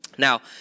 Now